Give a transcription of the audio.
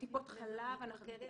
חלב את מתמקדת?